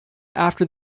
after